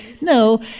no